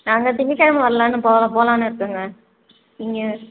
நாங்கள் திங்கக்கிழம வரலாம்னு போல போகலாம்ன்னு இருக்கோங்க நீங்கள்